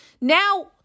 now